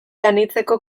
anitzeko